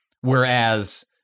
whereas